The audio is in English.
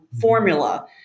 formula